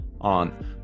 on